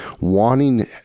wanting